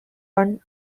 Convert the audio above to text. one